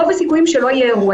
רוב הסיכויים שלא יהיה אירוע.